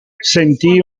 sentì